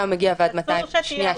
הוא מגיע ועד מתי -- אסור שתהיה הבחנה.